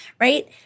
right